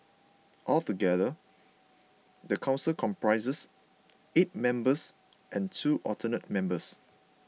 altogether the council comprises eight members and two alternate members